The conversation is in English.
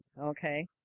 okay